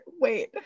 wait